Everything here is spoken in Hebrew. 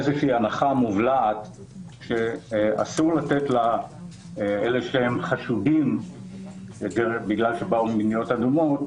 הנחה מובלעת שאסור לתת לאלה שחשודים בגלל שבאו ממדינות אדומות,